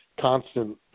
constant